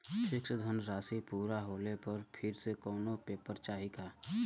Fix धनराशी पूरा होले पर फिर से कौनो पेपर चाही का?